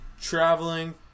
traveling